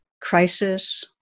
crisis